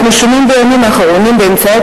אנחנו שומעים בימים האחרונים באמצעי